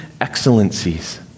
excellencies